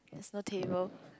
it's not table